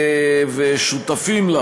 ושותפים לה